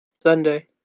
Sunday